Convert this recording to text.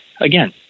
again